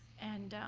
and